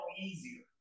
easier